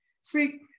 See